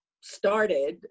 started